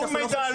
שום מידע,